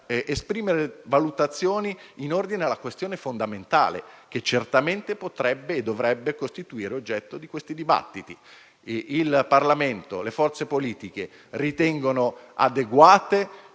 esprimere valutazioni in ordine alla questione fondamentale che certamente potrebbe e dovrebbe costituire l'oggetto di questi dibattiti: il Parlamento e le forze politiche ritengono adeguato